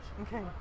Okay